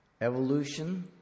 Evolution